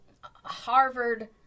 Harvard